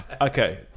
Okay